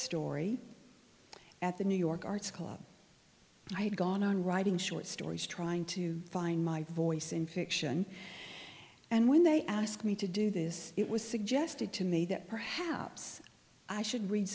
story at the new york arts club i had gone on writing short stories trying to find my voice in fiction and when they asked me to do this it was suggested to me that perhaps i should read